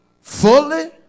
fully